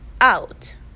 out